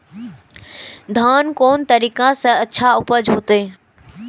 धान कोन तरीका से अच्छा उपज होते?